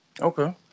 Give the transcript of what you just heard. Okay